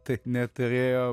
tai neturėjo